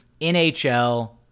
NHL